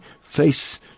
face